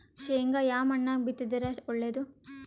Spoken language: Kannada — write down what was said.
ಶೇಂಗಾ ಯಾ ಮಣ್ಣಾಗ ಬಿತ್ತಿದರ ಒಳ್ಳೇದು?